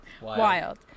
wild